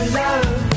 love